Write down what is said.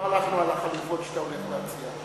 לא הלכנו על החלופות שאתה הולך להציע.